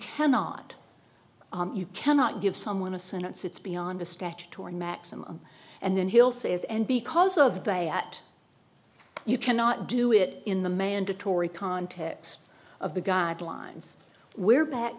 cannot you cannot give someone a sentence it's beyond a statutory maximum and then he'll say is and because of the way at you cannot do it in the mandatory context of the guidelines we're back